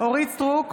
אורית מלכה סטרוק,